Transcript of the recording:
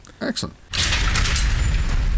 Excellent